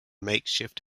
makeshift